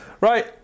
Right